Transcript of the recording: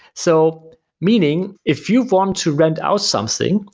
so meaning, if you want to rent out something,